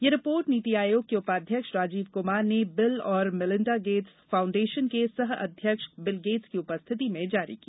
यह रिपोर्ट नीति आयोग के उपाध्यक्ष राजीव कुमार ने बिल और मेलिंडा गेट्स फाउंडेशन के सह अध्यक्ष बिल गेट़स की उपस्थिति में जारी की